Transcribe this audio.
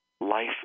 life